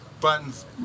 Buttons